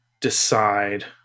decide